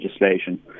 legislation